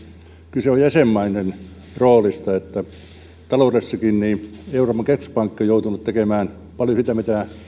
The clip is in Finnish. kyse on jäsenmaiden roolista taloudessakin euroopan keskuspankki on joutunut tekemään paljon sitä mitä